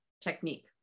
technique